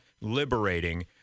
liberating